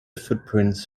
footprints